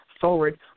forward